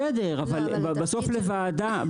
בסדר אבל בסוף לוועדה,